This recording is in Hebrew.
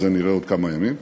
את זה נראה עוד כמה ימים,